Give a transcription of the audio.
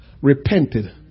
repented